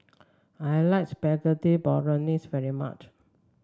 I like Spaghetti Bolognese very much